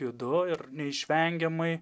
judu ir neišvengiamai